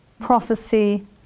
prophecy